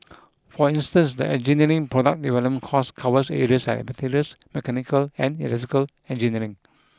for instance the engineering product development course covers areas like materials mechanical and electrical engineering